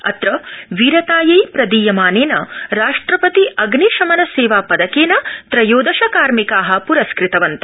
अत्र वीरतायै प्रदीयमानेन राष्ट्रपति अग्नि शमन सेवा पदकेन त्रयोदश कार्मिका पुरस्कृतवन्त